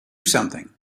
something